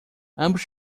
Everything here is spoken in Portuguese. ambos